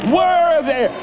worthy